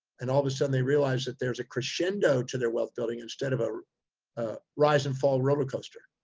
and all of a sudden they realized that there's a crescendo to their wealth building instead of a, a rise and fall roller coaster.